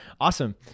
Awesome